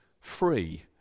free